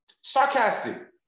sarcastic